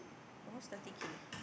almost thirty K